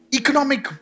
economic